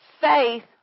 Faith